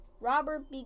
Robert